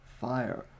fire